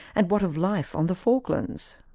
and what of life on the falklands?